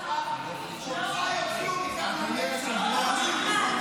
אותך יוציאו מכאן לנצח, תאמין לי.